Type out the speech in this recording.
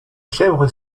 chèvres